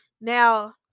Now